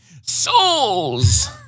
Souls